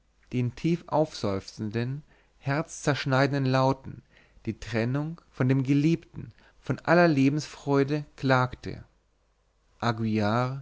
die in tiefaufseufzenden herzzerschneidenden lauten die trennung von dem geliebten von aller lebensfreude klagte aguillar